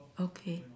okay